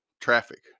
traffic